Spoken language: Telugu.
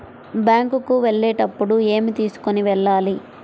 బ్యాంకు కు వెళ్ళేటప్పుడు ఏమి తీసుకొని వెళ్ళాలి?